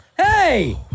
Hey